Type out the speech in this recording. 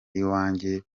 iwanjye